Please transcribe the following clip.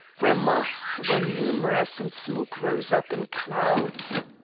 where masts were numerous and smoke rose up in clouds.